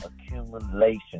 accumulation